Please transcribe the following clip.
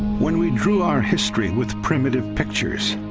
when we drew our history with primitive pictures